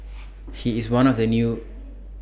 he is one of the new